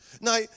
Now